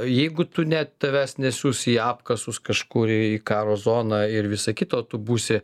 jeigu tu ne tavęs nesiųs į apkasus kažkur į karo zoną ir visa kita o tu būsi